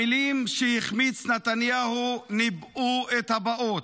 המילים שהחמיץ נתניהו ניבאו את הבאות.